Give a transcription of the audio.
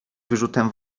wyrzutem